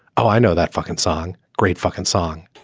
i know that fucking song. great fucking song